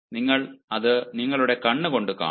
നിങ്ങൾ അത് നിങ്ങളുടെ കണ്ണുകൊണ്ട് കാണും